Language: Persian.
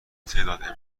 تعداد